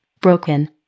Broken